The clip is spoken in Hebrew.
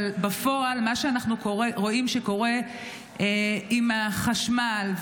אבל בפועל מה שאנחנו רואים שקורה עם החשמל,